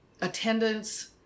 Attendance